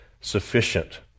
sufficient